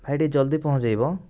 ଭାଇ ଟିକେ ଜଲ୍ଦି ପହଞ୍ଚେଇବ